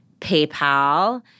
PayPal